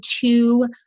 two